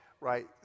right